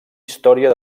història